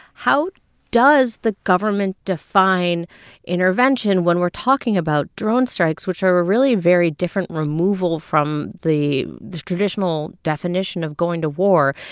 how does the government define intervention when we're talking about drone strikes, which are a really very different removal from the the traditional definition of going to war?